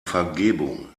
vergebung